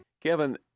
Kevin